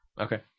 Okay